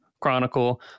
Chronicle